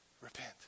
Repent